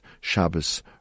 Shabbos